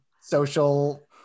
social